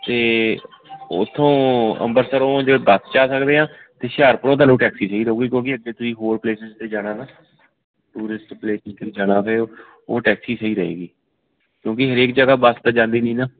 ਅਤੇ ਉੱਥੋਂ ਅੰਬਰਸਰੋਂ ਜੇ ਬੱਸ 'ਚ ਆ ਸਕਦੇ ਹਾਂ ਅਤੇ ਹੁਸ਼ਿਆਰਪੁਰੋਂ ਤੁਹਾਨੂੰ ਟੈਕਸੀ ਸਹੀ ਰਹੂਗੀ ਕਿਉਂਕਿ ਅੱਗੇ ਤੁਸੀਂ ਹੋਰ ਪਲੇਸਸ 'ਤੇ ਜਾਣਾ ਨਾ ਟੂਰਿਸਟ ਪਲੇਸਸ 'ਤੇ ਜਾਣਾ ਤਾਂ ਉਹ ਟੈਕਸੀ ਸਹੀ ਰਹੇਗੀ ਕਿਉਂਕਿ ਹਰੇਕ ਜਗ੍ਹਾ ਬੱਸ ਤਾਂ ਜਾਂਦੀ ਨਹੀਂ ਨਾ